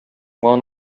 won